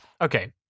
okay